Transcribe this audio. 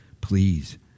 please